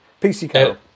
PCK